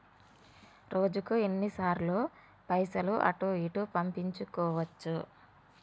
రోజుకు ఎన్ని సార్లు పైసలు అటూ ఇటూ పంపించుకోవచ్చు?